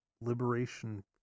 liberation